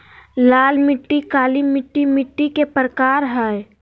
लाल मिट्टी, काली मिट्टी मिट्टी के प्रकार हय